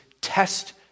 test